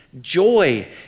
joy